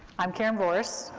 i'm karen vorce,